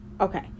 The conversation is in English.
okay